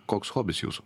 koks hobis jūsų